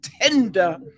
tender